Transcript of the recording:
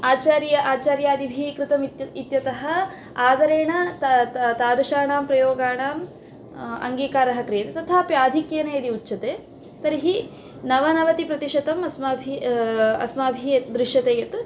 आचार्यः आचार्यादिभिः कृतम् इत् इत्यतः आधरेण तादृशाणां प्रयोगाणाम् अङ्गीकारः क्रियते तथापि आधिक्येन यदि उच्यते तर्हि नवनवतिप्रतिशतम् अस्माभिः अस्माभिः यत् दृश्यते यत्